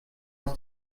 aus